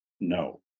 No